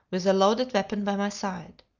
with the loaded weapon by my side.